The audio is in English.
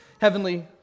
Heavenly